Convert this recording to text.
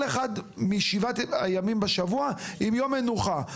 אחד משבעת הימים בשבוע עם יום מנוחה,